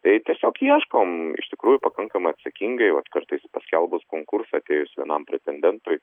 tai tiesiog ieškom iš tikrųjų pakankamai atsakingai vat kad kartais paskelbus konkursą atėjus vienam pretendentui